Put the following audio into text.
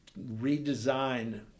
redesign